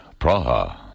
Praha